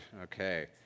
Okay